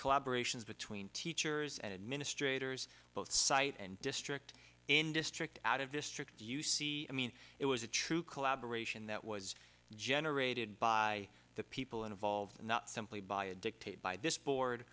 collaboration between teachers and administrators both site and district in district out of district you see i mean it was a true collaboration that was generated by the people involved not simply by a dictate by this board